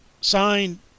signed